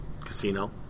Casino